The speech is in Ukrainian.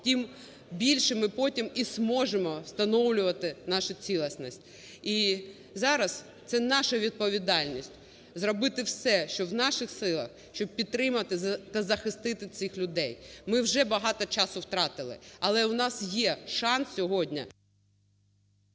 тим більше ми потім і зможемо встановлювати нашу цілісність. І зараз це наша відповідальність - зробити все, що в наших силах, щоб підтримати та захистити цих людей. Ми вже багато часу втратили, але у нас є шанс сьогодні…